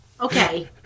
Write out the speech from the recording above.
Okay